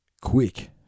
quick